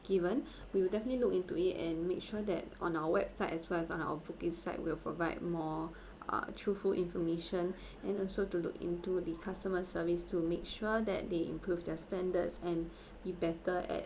given we will definitely look into it and make sure that on our website as well as on our booking site we'll provide more ah truthful information and also to look into the customer service to make sure that they improve their standards and be better at